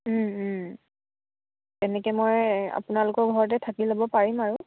তেনেকে মই আপোনালোকৰ ঘৰতে থাকি ল'ব পাৰিম আৰু